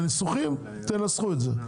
על הניסוחים תנסחו את זה,